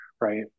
right